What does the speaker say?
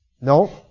No